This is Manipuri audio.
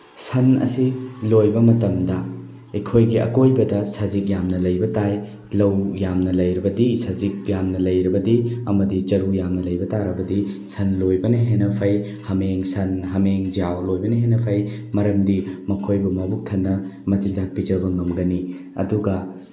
ꯁꯟ ꯑꯁꯤ ꯂꯣꯏꯕ ꯃꯇꯝꯗ ꯑꯩꯈꯣꯏꯒꯤ ꯑꯀꯣꯏꯕꯗ ꯁꯖꯤꯛ ꯌꯥꯝꯅ ꯂꯩꯕ ꯇꯥꯏ ꯂꯧ ꯌꯥꯝꯅ ꯂꯩꯔꯕꯗꯤ ꯁꯖꯤꯛ ꯌꯥꯝꯅ ꯂꯩꯔꯕꯗꯤ ꯑꯃꯗꯤ ꯆꯔꯨ ꯌꯥꯝꯅ ꯂꯩꯕ ꯇꯥꯔꯕꯗꯤ ꯁꯟ ꯂꯣꯏꯕꯅ ꯍꯦꯟꯅ ꯐꯩ ꯍꯃꯦꯡ ꯁꯟ ꯍꯃꯦꯡ ꯌꯥꯎ ꯂꯣꯏꯕꯅ ꯍꯦꯟꯅ ꯐꯩ ꯃꯔꯝꯗꯤ ꯃꯈꯣꯏꯕꯨ ꯃꯕꯨꯛ ꯊꯟꯅ ꯃꯆꯤꯟꯖꯥꯛ ꯄꯤꯖꯕ ꯉꯝꯒꯅꯤ ꯑꯗꯨꯒ